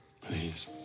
please